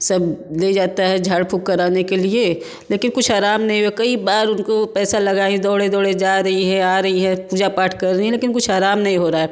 सब ले जाता है झाड़ फूँक कराने के लिए लेकिन कुछ आराम नहीं है कई बार उनको पैसा लगाए दौड़े दौड़े जा रही है आ रही है पूजा पाठ कर रही हैं लेकिन कुछ आराम नहीं हो रहा है